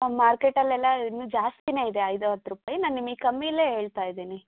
ಹ್ಞೂ ಮಾರ್ಕೇಟಲ್ಲೆಲ್ಲ ಇನ್ನು ಜಾಸ್ತಿ ಇದೆ ಐದು ಹತ್ತು ರೂಪಾಯಿ ನಾ ನಿಮಗ್ ಕಮ್ಮಿನೇ ಹೇಳ್ತಾಯಿದ್ದೀನಿ